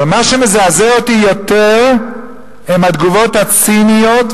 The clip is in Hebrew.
אבל מה שמזעזע אותי יותר זה התגובות הציניות,